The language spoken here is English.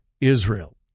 Israel